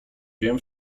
wiem